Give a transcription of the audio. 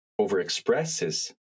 overexpresses